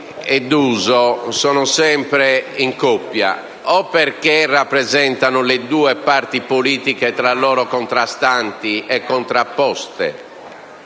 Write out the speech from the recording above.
è d'uso, sono sempre in coppia, o perché rappresentano le due parti politiche tra loro contrastanti e contrapposte